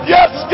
Yes